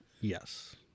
Yes